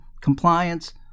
compliance